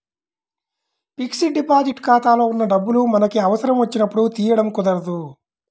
fixed deposit ఖాతాలో ఉన్న డబ్బులు మనకి అవసరం వచ్చినప్పుడు తీయడం కుదరదు